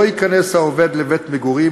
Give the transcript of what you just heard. לא ייכנס העובד לבית-מגורים,